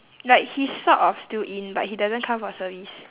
like he's sort of still in but he doesn't come for service